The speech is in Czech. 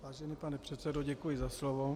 Vážený pane předsedo, děkuji za slovo.